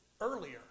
earlier